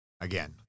Again